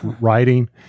writing